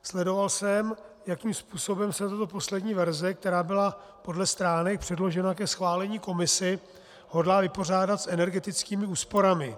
Sledoval jsem, jakým způsobem se tato poslední verze, která byla podle stránek předložena ke schválení komisi, hodlá vypořádat s energetickými úsporami.